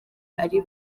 ari